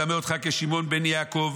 אדמה אותך לשמעון בן יעקב,